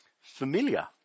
familiar